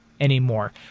Anymore